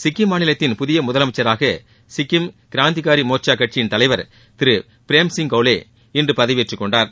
சிக்கிம் மாநிலத்தின் புதிய முதலமைச்சராக சிக்கிம் கிராந்திக்காரி மோர்ச்சா கட்சியின் தலைவர் திரு பிரேம் சிங் கோலே இன்று பதவியேற்றுக் கொண்டார்